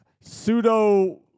pseudo